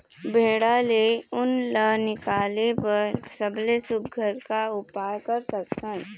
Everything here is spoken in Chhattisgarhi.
भेड़ा ले उन ला निकाले बर सबले सुघ्घर का उपाय कर सकथन?